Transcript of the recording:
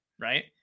right